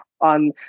on